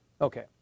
okay